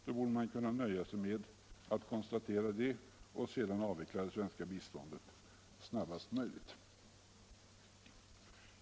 Då borde man kunna nöja sig med att konstatera det och sedan avveckla det svenska biståndet snabbast möjligt.